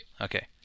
Okay